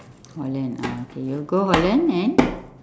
holland ah okay you go holland and